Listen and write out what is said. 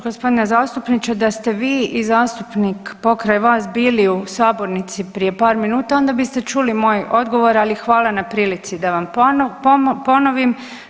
Gospodine zastupniče da ste vi i zastupnik pokraj vas bili u sabornici prije par minuta onda biste čuli moj odgovor, ali hvala na prilici da vam ponovim.